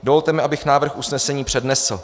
Dovolte mi, abych návrh usnesení přednesl.